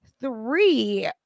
three